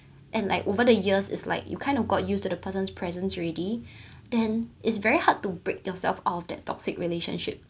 and like over the years is like you kind of got used to the person presence ready then it's very hard to break yourself out of that toxic relationship